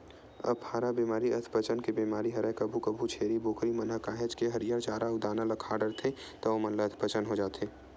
अफारा बेमारी अधपचन के बेमारी हरय कभू कभू छेरी बोकरा मन ह काहेच के हरियर चारा अउ दाना ल खा डरथे त ओमन ल अधपचन हो जाथे